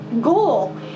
goal